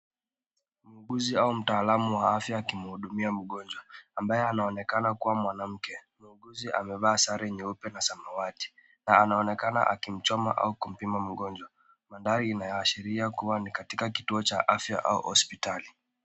Muuguzi au mtaalamu wa afya akimhudumia mgonjwa ambaye anaonekana kuwa mwanamke. Muuguzi amevaa sare ya nyeupe na samawati na anaonekana akimchoma au kumpima mgonjwa, maandhari imeashiria kuwa ni katika kituo cha afya au hospitali.